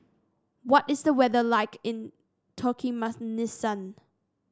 what is the weather like in Turkmenistan